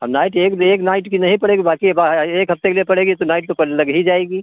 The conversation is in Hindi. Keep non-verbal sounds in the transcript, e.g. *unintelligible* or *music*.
औ नाइट एक एक नाइट की नहीं पड़ेगी बाकी अब एक हफ्ते के लिए पड़ेगी तो नाइट तो *unintelligible* लग ही जाएगी